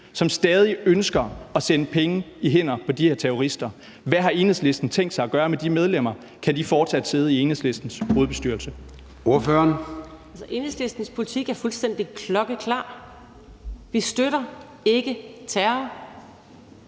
som stadig ønsker at sende penge i hænderne på de her terrorister. Hvad har Enhedslisten tænkt sig at gøre med de medlemmer? Kan de fortsat sidde i Enhedslistens hovedbestyrelse? Kl. 13:17 Formanden (Søren Gade): Ordføreren.